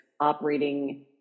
operating